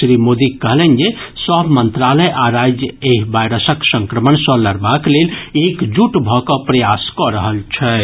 श्री मोदी कहलनि जे सभ मंत्रालय आ राज्य एहि वायरसक संक्रमण सँ लड़बाक लेल एकजुट भऽ कऽ प्रयास कऽ रहल छथि